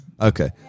Okay